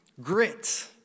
Grit